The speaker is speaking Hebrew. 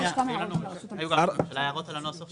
הצבעה הרוויזיה לא נתקבלה הרוויזיה